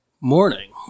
Morning